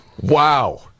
Wow